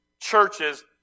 churches